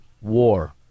war